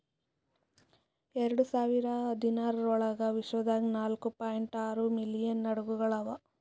ಎರಡು ಸಾವಿರ ಹದಿನಾರರ ಒಳಗ್ ವಿಶ್ವದಾಗ್ ನಾಲ್ಕೂ ಪಾಯಿಂಟ್ ಆರೂ ಮಿಲಿಯನ್ ಹಡಗುಗೊಳ್ ಅವಾ